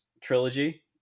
Trilogy